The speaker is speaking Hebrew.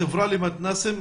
החברה למתנ"סים,